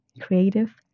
creative